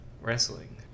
wrestling